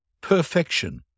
perfection